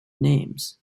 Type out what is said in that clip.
names